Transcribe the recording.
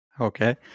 Okay